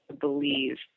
believe